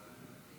בבקשה.